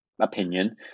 opinion